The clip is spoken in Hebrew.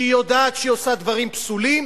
שיודעת שהיא עושה דברים פסולים,